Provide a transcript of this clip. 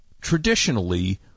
traditionally